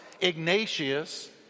Ignatius